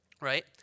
right